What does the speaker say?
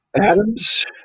Adams